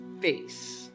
face